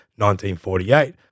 1948